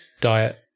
diet